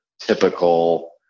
typical